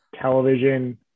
television –